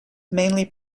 mainly